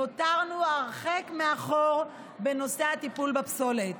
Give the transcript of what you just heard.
נותרנו הרחק מאחור בנושא הטיפול בפסולת.